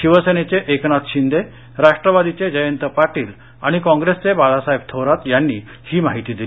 शिवसेनेचे एकनाथ शिंदे राष्ट्रवादीचे जयंत पाटील आणि कॉप्रेसचे बाळासाहेब थोरात यांनी ही माहिती दिली